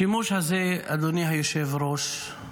השימוש הזה, אדוני היושב-ראש,